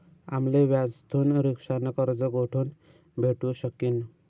आम्ले व्याजथून रिक्षा न कर्ज कोठून भेटू शकीन